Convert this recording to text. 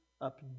up